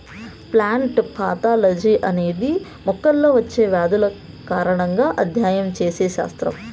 plant pathology అనేది మొక్కల్లో వచ్చే వ్యాధుల కారణాలను అధ్యయనం చేసే శాస్త్రం